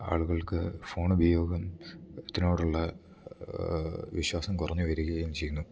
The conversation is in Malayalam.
ആളുകൾക്ക് ഫോൺ ഉപയോഗത്തിനോടുള്ള വിശ്വാസം കുറഞ്ഞ് വരുകയും ചെയ്യുന്നു